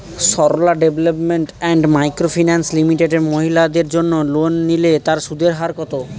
Sarala development and micro finance limited মহিলাদের জন্য loan নিলে তার সুদের হার কত?